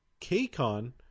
KCON